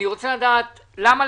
אני רוצה לדעת למה,